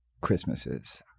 Christmases